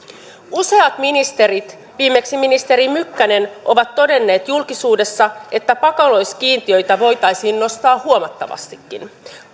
useat ministerit viimeksi ministeri mykkänen ovat todenneet julkisuudessa että pakolaiskiintiöitä voitaisiin nostaa huomattavastikin